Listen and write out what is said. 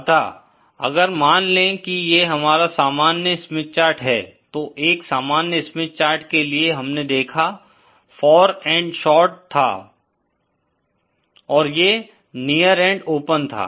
अतः अगर हम मान ले कि ये हमारा सामान्य स्मिथ चार्ट है तो एक सामान्य स्मिथ चार्ट के लिए हमने देखा फार एंड शार्ट था और ये नियर एन्ड ओपन था